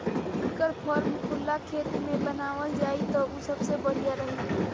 इनकर फार्म खुला खेत में बनावल जाई त उ सबसे बढ़िया रही